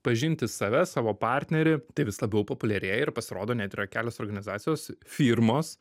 pažinti save savo partnerį tai vis labiau populiarėja ir pasirodo net yra kelios organizacijos firmos